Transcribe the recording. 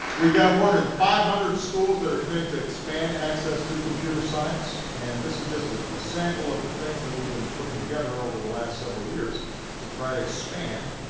we've got more than five hundred schools that are committing to expand access to computer science. and this is just a ah sample of the things that we've been putting together over the last several years to try to expand